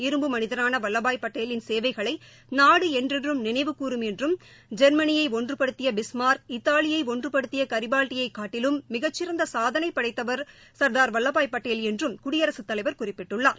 இரும்பு மனிதரான வல்லபாய் பட்டேலின் சேவைகளை நாடு என்றென்றும் நினைவு கூறும் என்றும் ஜெர்மனியை ஒன்றுபடுத்திய பிஸ்மார்க் இத்தாலியை ஒன்றுபடுத்திய கரிபால்டியைக் காட்டிலும் மிகச் சிறந்த சாதனை படைத்தவர் என்றும் குடியரசுத் தலைவர் குறிப்பிட்டுள்ளார